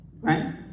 right